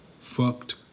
Fucked